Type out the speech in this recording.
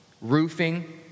roofing